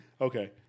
Okay